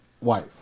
wife